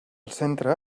centre